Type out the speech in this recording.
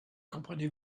comprenez